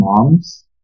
moms